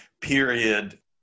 period